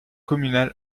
communale